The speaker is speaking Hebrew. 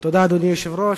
אדוני היושב-ראש,